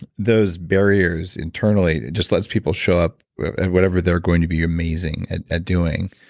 those barriers internally just lets people show up at whatever they're going to be amazing at at doing.